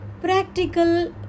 practical